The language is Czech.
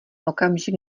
okamžik